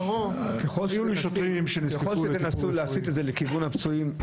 ככל שתנסו להסיט את זה לכיוון הפצועים,